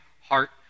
heart